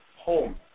home